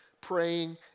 praying